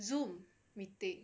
Zoom meeting